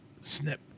snip